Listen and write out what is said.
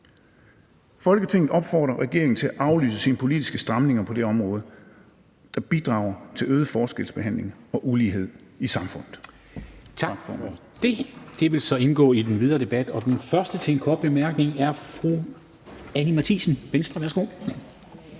Folketinget opfordrer regeringen til at aflyse sine politiske stramninger på dette område, der bidrager til øget forskelsbehandling og ulighed i samfundet.«